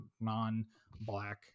non-black